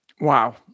Wow